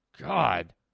God